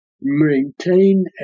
maintain